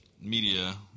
media